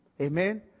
amen